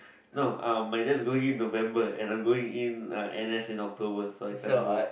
no uh my dad is going in November and I'm going in n_s in October so I can't go